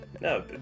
no